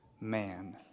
man